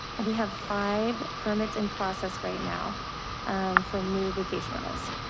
and we have five permits in process right now for new vacation rentals.